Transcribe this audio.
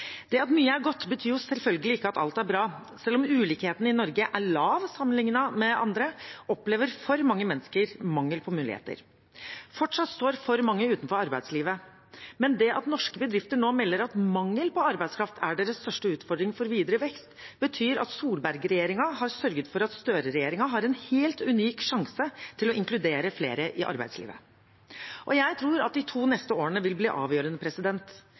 Det at mye er godt, betyr selvfølgelig ikke at alt er bra. Selv om ulikheten i Norge er lav sammenlignet med andre land, opplever for mange mennesker mangel på muligheter. Fortsatt står for mange utenfor arbeidslivet, men det at norske bedrifter nå melder at mangel på arbeidskraft er deres største utfordring for videre vekst, betyr at Solberg-regjeringen har sørget for at Støre-regjeringen har en helt unik sjanse til å inkludere flere i arbeidslivet. Jeg tror de to neste årene vil bli avgjørende,